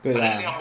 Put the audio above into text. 对啦